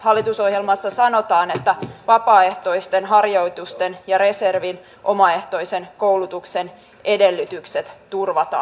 hallitusohjelmassa sanotaan että vapaaehtoisten harjoitusten ja reservin omaehtoisen koulutuksen edellytykset turvataan